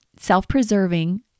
self-preserving